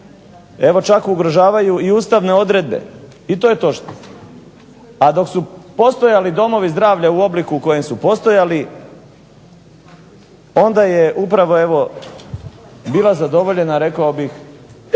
evo čak ugrožavaju i ustavne odredbe, i to je točno, a dok su postojali domovi zdravlja u obliku u kojem su postojali, onda je upravo evo bila zadovoljena rekao bih